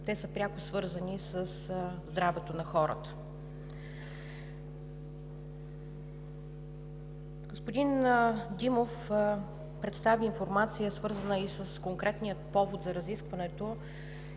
те са пряко свързани със здравето на хората. Господин Димов представи информация, свързана и с конкретния повод за разискването,